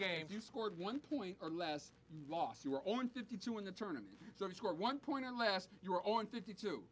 game you scored one point or less loss you were on fifty to win the tournament so i'm sure one point unless you are on fifty two